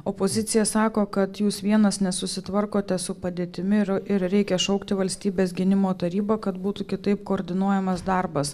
opozicija sako kad jūs vienas nesusitvarkote su padėtimi ir ir reikia šaukti valstybės gynimo tarybą kad būtų kitaip koordinuojamas darbas